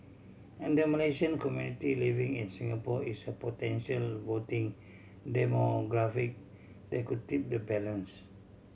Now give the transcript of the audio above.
and the Malaysian community living in Singapore is a potential voting demographic that could tip the balance